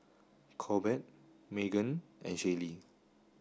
Corbett Meaghan and Shaylee